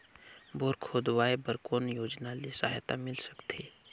Bore खोदवाय बर कौन योजना ले सहायता मिल सकथे?